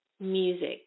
music